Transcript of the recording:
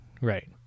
right